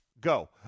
go